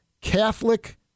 Catholic